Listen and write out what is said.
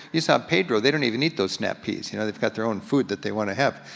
you saw pedro, they don't even need those snap peas. you know they've got their own food that they wanna have.